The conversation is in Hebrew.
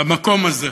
במקום הזה.